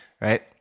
right